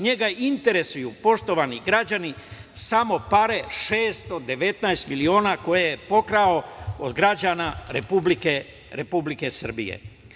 Njega interesuju, poštovani građani samo pare, 619 miliona koje je pokrao od građana Republike Srbije.